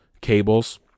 cables